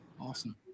Awesome